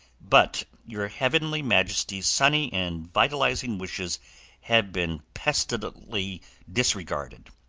but your heavenly majesty's sunny and vitalizing wishes have been pestilently disregarded.